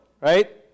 right